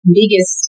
biggest